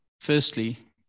firstly